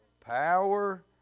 Power